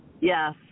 Yes